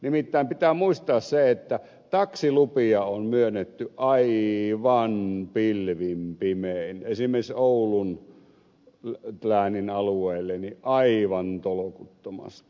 nimittäin pitää muistaa se että taksilupia on myönnetty aivan pilvin pimein esimerkiksi oulun läänin alueelle aivan tolkuttomasti